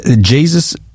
Jesus